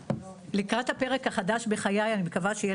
לקראת הפרק החדש בחיי אני מקווה שיהיה